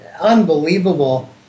Unbelievable